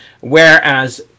whereas